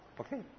Okay